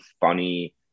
funny